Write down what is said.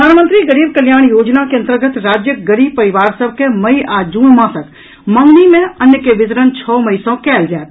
प्रधानमंत्री गरीब कल्याण योजना के अंतर्गत राज्यक गरीव परिवार सभ केँ मई आ जून मासक मंगनी मे अन्न के वितरण छओ मई सँ कयल जायत